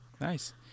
Nice